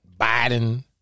Biden